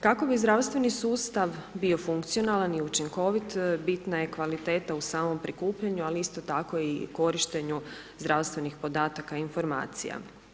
Kako bi zdravstveni sustav bio funkcionalan i učinkovit, bitna je kvaliteta u samom prikupljanju, ali isto tako i korištenju zdravstvenih podataka i informacija.